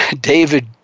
David